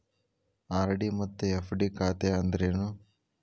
RD ಮತ್ತ FD ಖಾತೆ ಅಂದ್ರೇನು